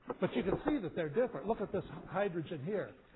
but you can see that they are different. look at this hydrogen here.